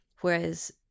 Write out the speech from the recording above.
whereas